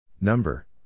Number